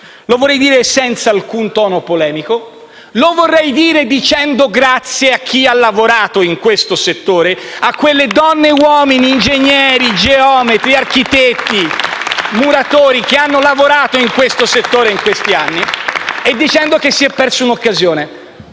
Lo vorrei dire senza alcun tono polemico, ringraziando chi ha lavorato in questo settore, le donne e gli uomini, gli ingegneri, geometri, architetti e muratori che hanno lavorato in questo settore in questi anni, e dicendo che si è persa un'occasione.